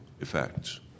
effects